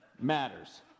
matters